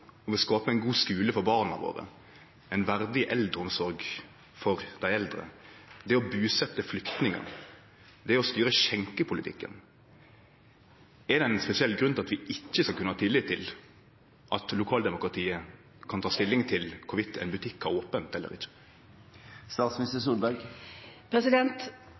vi stolar på at lokaldemokratiet kan handtere krevjande spørsmål, viktige spørsmål, som å skape ein god skule for barna våre, ei verdig eldreomsorg for dei eldre, det å busetje flyktningar, det å styre skjenkepolitikken – er det ein spesiell grunn til at vi ikkje skal kunne ha tillit til at lokaldemokratiet kan ta stilling om ein butikk har ope eller